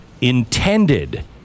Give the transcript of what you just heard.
intended